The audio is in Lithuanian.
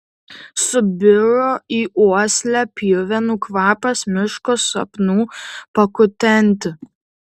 subiro į uoslę pjuvenų kvapas miško sapnų pakutenti